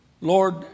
Lord